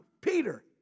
Peter